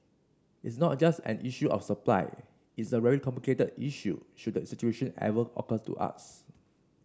it's not just an issue of supply it's a very complicated issue should that situation ever occur to us